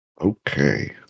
okay